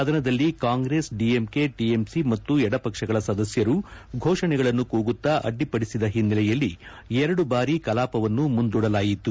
ಸದನದಲ್ಲಿ Congress DMK TMC ಮತ್ತು ಎಡಪಕ್ಷಗಳ ಸದಸ್ನರು ಘೋಷಣೆಗಳನ್ನು ಕೂಗುತ್ತಾ ಅಡ್ಡಿಪಡಿಸಿದ ಹಿನ್ನೆಲೆಯಲ್ಲಿ ಎರಡು ಬಾರಿ ಕಲಾಪವನ್ನು ಮುಂದೂಡಲಾಯಿತು